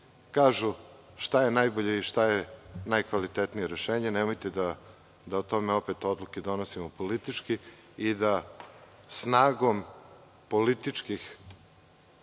kažu šta je najbolje i šta je najkvalitetnije rešenje. Nemojte da o tome opet odluke donosimo politički i da snagom političkih